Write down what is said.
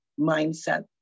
mindset